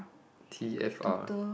t_f_r